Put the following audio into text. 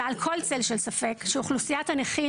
מעל כל צל של ספק שאוכלוסיית הנכים